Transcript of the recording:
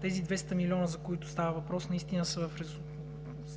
тези 200 милиона, които сме изкарали като данни...